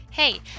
Hey